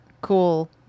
cool